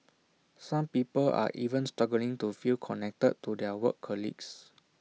some people are even struggling to feel connected to their work colleagues